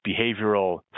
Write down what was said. behavioral